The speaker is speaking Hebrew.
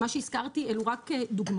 מה שהזכרתי אלה רק דוגמאות.